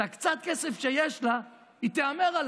על קצת הכסף שיש לה היא תהמר.